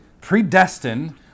predestined